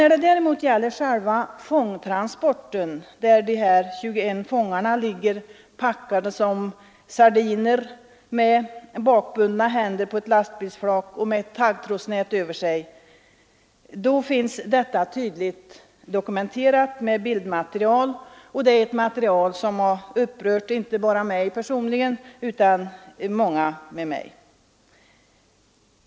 Då det däremot gäller själva ”fångtransporten” där de 21 fångarna ligger packade som sardiner på ett lastbilsflak, med bakbundna händer och med ett taggtrådsnät över sig, finns detta tydligt dokumenterat med bildmaterial, ett material som upprört inte bara mig utan också många andra.